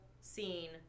scene